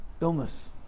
illness